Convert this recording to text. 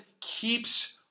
keeps